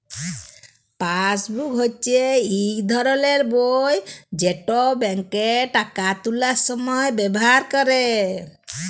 passbook হচ্যে ইক ধরলের বই যেট ব্যাংকে টাকা তুলার সময় ব্যাভার ক্যরে